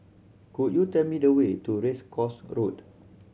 could you tell me the way to Race Course Road